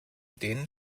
den